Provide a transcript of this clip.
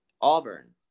Auburn